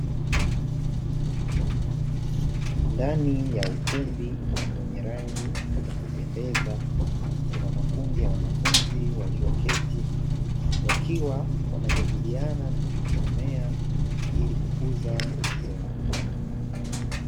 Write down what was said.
Ndani ya ukumbi wenye rangi ya kupendeza, kuna makundi ya wanafunzi walioketi wakiwa wanajadiliana na kujisomea ili kukuza uwezo wao.